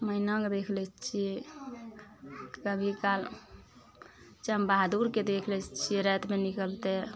मैनाके देख लै छियै कभी काल चमबहादुरके देख लै छियै रातिमे निकलतइ